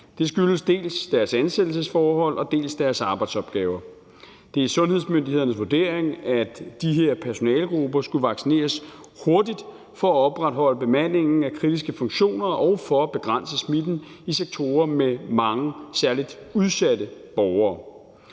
Det skyldes dels deres ansættelsesforhold, dels deres arbejdsopgaver. Det er sundhedsmyndighedernes vurdering, at de her personalegrupper skulle vaccineres hurtigt for at opretholde bemandingen af kritiske funktioner og for at begrænse smitten i sektorer med mange særlig udsatte borgere.